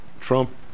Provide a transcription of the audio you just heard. Trump